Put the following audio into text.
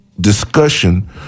discussion